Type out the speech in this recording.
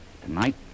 Tonight